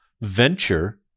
venture